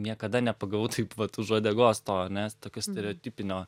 niekada nepagavau taip vat už uodegos to ane tokio stereotipinio